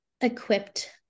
equipped